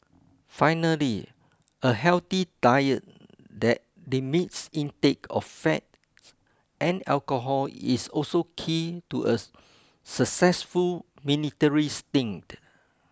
finally a healthy diet that limits intake of fat and alcohol is also key to a successful military stint